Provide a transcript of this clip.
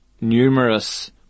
numerous